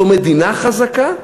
זו מדינה חזקה,